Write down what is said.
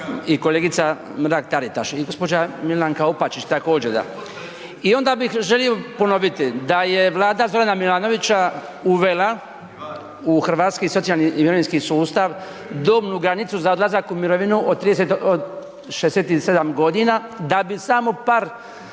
i kolegica Mrak TAritaš i gospođa Milanka Opačić, također. I onda bih želio ponoviti da je vlada Zorana Milanovića uvela u hrvatski socijalni i mirovinski sustav dobnu granicu za odlazak u mirovinu od 67 godina da bi samo par